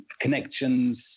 connections